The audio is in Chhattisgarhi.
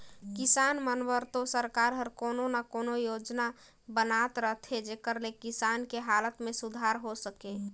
किसान मन बर तो सरकार हर कोनो न कोनो योजना बनात रहथे जेखर ले किसान के हालत में सुधार हो सके